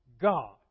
God